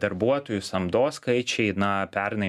darbuotojų samdos skaičiai na pernai